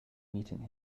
meeting